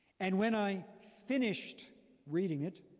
and when i finished reading it,